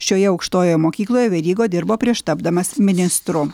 šioje aukštojoje mokykloje veryga dirbo prieš tapdamas ministru